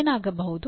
ಏನಾಗಬಹುದು